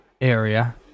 area